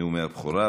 נאומי הבכורה.